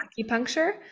acupuncture